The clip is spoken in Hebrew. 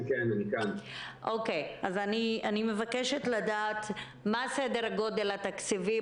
אני מבקשת לדעת מה סדר גודל התקציבים